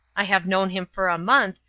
i have known him for a month,